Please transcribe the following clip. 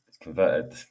Converted